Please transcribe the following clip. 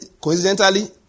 coincidentally